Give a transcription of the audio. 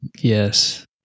Yes